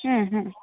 ಹ್ಞೂ ಹ್ಞೂ